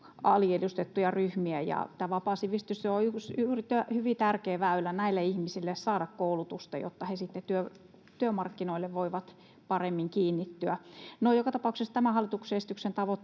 aliedustettuja ryhmiä, ja tämä vapaa sivistystyö on hyvin tärkeä väylä näille ihmisille saada koulutusta, jotta he sitten työmarkkinoille voivat paremmin kiinnittyä. No joka tapauksessa tämän hallituksen esityksen tavoitteena